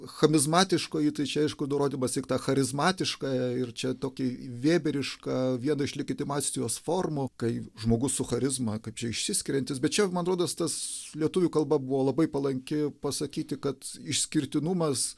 chamizmatiškoji tai čia aišku nurodymas į tą chamizmatiškąją ir čia tokį vėberišką vieną iš lekitimastijos formų kai žmogus su charizma kaip čia išsiskiriantis bet čia man rodos tas lietuvių kalba buvo labai palanki pasakyti kad išskirtinumas